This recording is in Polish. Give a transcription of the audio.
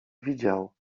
widział